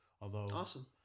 Awesome